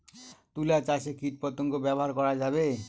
তুলা চাষে কীটপতঙ্গ ব্যবহার করা যাবে?